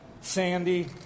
Sandy